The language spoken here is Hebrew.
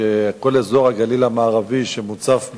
כל אזור הגליל המערבי שמוצף באזבסט,